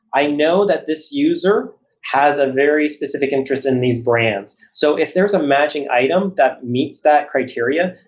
i know that this user has a very specific interest in these brands. so if there's a matching item that meets that criteria,